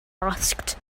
asked